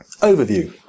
overview